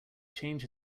change